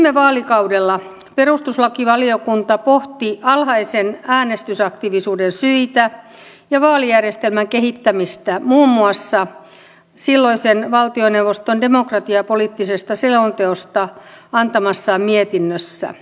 viime vaalikaudella perustuslakivaliokunta pohti alhaisen äänestysaktiivisuuden syitä ja vaalijärjestelmän kehittämistä muun muassa silloisen valtioneuvoston demokratiapoliittisesta selonteosta antamassaan mietinnössä